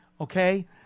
okay